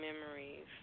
memories